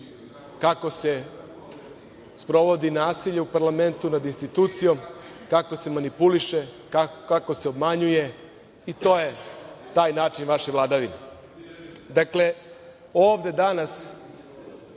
kako se sprovodi nasilje u parlamentu nad institucijom, kako se manipuliše, kako se obmanjuje i to je taj način vaše vladavine. Dakle, ovde danas